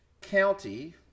county